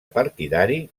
partidari